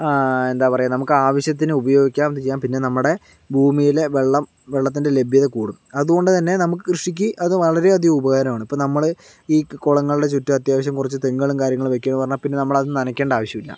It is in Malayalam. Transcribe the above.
എന്താ പറയുക നമുക്ക് ആവശ്യത്തിന് ഉപയോഗിക്കാം ചെയ്യാം പിന്നെ നമ്മുടെ ഭൂമിയിലെ വെള്ളം വെള്ളത്തിൻ്റെ ലഭ്യത കൂടും അതുകൊണ്ട് തന്നെ നമുക്ക് കൃഷിക്ക് അത് വളരെ അധികം ഉപകാരമാണ് ഇപ്പ നമ്മള് ഈ കുളങ്ങളുടെ ചുറ്റും അത്യാവശ്യം കുറച്ച് തെങ്ങുകളും കാര്യങ്ങളും വെക്കൂന്ന് പറഞ്ഞാൽ പിന്നെ നമ്മളത് നനയ്ക്കണ്ട ആവശ്യം ഇല്ല